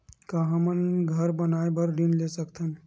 का हमन घर बनाए बार ऋण ले सकत हन?